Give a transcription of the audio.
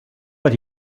but